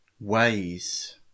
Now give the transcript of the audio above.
ways